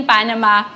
Panama